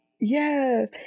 Yes